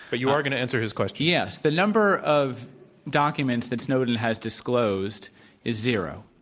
but you are going to answer his question. yes. the number of documents that snowden has disclosed is zero.